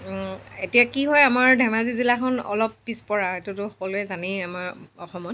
এতিয়া কি হয় আমাৰ ধেমাজি জিলাখন অলপ পিছপৰা এইটোতো সকলোৱেই জানেই আমাৰ অসমত